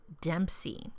Dempsey